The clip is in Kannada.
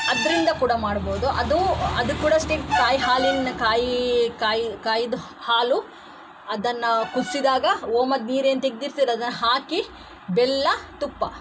ಅದರಿಂದ ಕೂಡ ಮಾಡ್ಬೋದು ಅದು ಅದು ಕೂಡ ಅಷ್ಟೇ ಕಾಯಿ ಹಾಲಿಂದ ಕಾಯಿ ಕಾಯಿ ಕಾಯಿಯದ್ದು ಹಾಲು ಅದನ್ನು ಕುದಿಸಿದಾಗ ಓಮದ್ದು ನೀರೇನು ತೆಗ್ದಿರ್ತೀರ ಅದನ್ನ ಹಾಕಿ ಬೆಲ್ಲ ತುಪ್ಪ